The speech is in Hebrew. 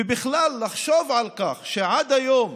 ובכלל לחשוב על כך שעד היום,